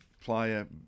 player